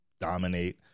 dominate